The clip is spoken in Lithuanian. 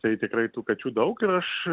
tai tikrai tų kačių daug ir aš